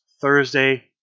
Thursday